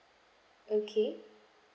okay